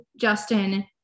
Justin